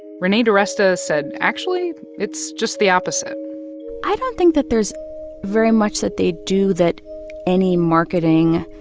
renee diresta said, actually, it's just the opposite i don't think that there's very much that they do that any marketing,